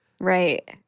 Right